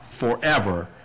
Forever